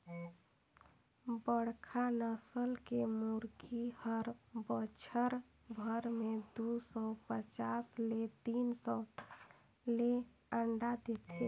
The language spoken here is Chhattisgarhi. बड़खा नसल के मुरगी हर बच्छर भर में दू सौ पचास ले तीन सौ तक ले अंडा देथे